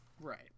Right